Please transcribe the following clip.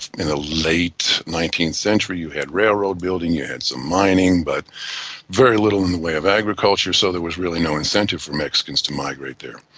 in the late nineteenth century you had railroad building, you had some mining, but very little in the way of agriculture, so there was really no incentive for mexicans to migrate there.